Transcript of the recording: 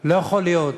לא יכול להיות,